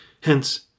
Hence